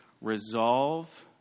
resolve